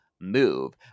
move